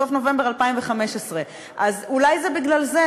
בסוף נובמבר 2015. אז אולי זה בגלל זה,